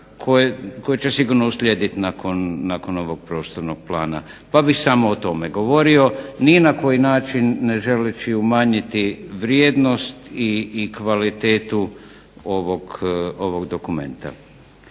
koje će sigurno uslijediti nakon ovog Prostornog plana, pa bih samo o tome govorio ni na koji način ne želeći umanjiti vrijednost i kvalitetu ovog dokumenta.